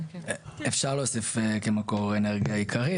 אפשר להוסיף: "כמקור אנרגיה עיקרי".